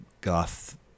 goth